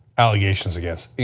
allegations against,